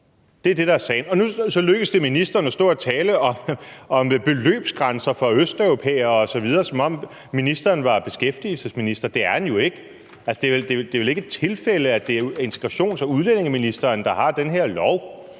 det er det, der er sagen. Og så lykkes det ministeren at stå og tale om beløbsgrænser for østeuropæere osv., som om ministeren er beskæftigelsesminister. Det er han jo ikke. Altså, det er vel ikke et tilfælde, at det er integrations- og udlændingeministeren, der har den her lov.